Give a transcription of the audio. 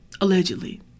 Allegedly